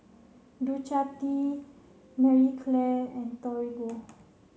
Ducati Marie Claire and Torigo